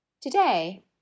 Today